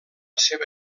seva